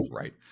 right